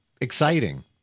exciting